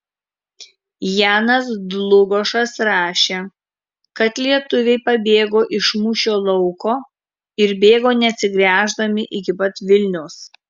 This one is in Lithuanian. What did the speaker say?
janas dlugošas rašė kad lietuviai pabėgo iš mūšio lauko ir bėgo neatsigręždami iki pat vilniaus